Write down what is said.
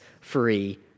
free